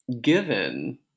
given